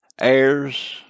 Heirs